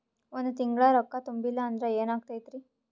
ಒಂದ ತಿಂಗಳ ರೊಕ್ಕ ತುಂಬಿಲ್ಲ ಅಂದ್ರ ಎನಾಗತೈತ್ರಿ?